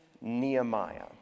nehemiah